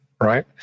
right